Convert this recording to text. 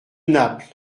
naples